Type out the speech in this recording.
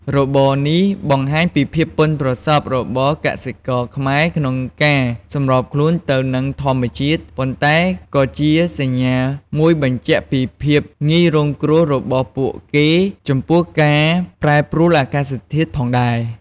របរនេះបង្ហាញពីភាពប៉ិនប្រសប់របស់កសិករខ្មែរក្នុងការសម្របខ្លួនទៅនឹងធម្មជាតិ ប៉ុន្តែក៏ជាសញ្ញាមួយបញ្ជាក់ពីភាពងាយរងគ្រោះរបស់ពួកគេចំពោះការប្រែប្រួលអាកាសធាតុផងដែរ។